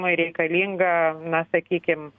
reikalinga na sakykim